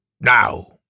Now